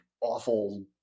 awful